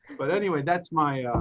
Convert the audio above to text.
but anyway that's my